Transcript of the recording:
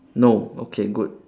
no okay good